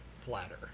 flatter